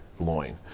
loin